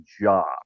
job